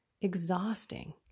exhausting